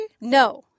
No